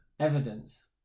evidence